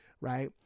right